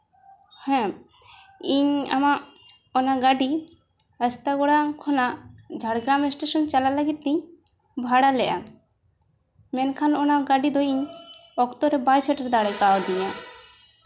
ᱦᱮᱸ ᱤᱧ ᱟᱢᱟᱜ ᱚᱱᱟ ᱜᱟᱹᱰᱤ ᱟᱥᱛᱟ ᱜᱚᱲᱟ ᱠᱷᱚᱱᱟᱜ ᱡᱷᱟᱲᱜᱨᱟᱢ ᱮᱥᱴᱮᱥᱚᱱ ᱪᱟᱞᱟᱜ ᱞᱟᱹᱜᱤᱫ ᱛᱤᱧ ᱵᱷᱟᱲᱟ ᱞᱮᱫᱼᱟ ᱢᱮᱱᱠᱷᱟᱱ ᱚᱱᱟ ᱜᱟᱹᱰᱤ ᱫᱚ ᱤᱧ ᱚᱠᱛᱚ ᱨᱮ ᱵᱟᱭ ᱥᱮᱴᱮᱨ ᱫᱟᱲᱮ ᱠᱟᱣᱫᱤᱧᱟ